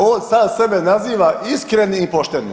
On sam sebe naziva iskrenim i poštenim.